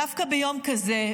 דווקא ביום כזה,